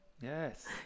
yes